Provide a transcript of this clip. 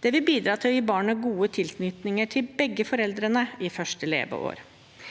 Det vil bidra til å gi barnet god tilknytning til begge foreldrene i første leveår.